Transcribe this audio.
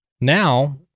Now